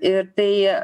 ir tai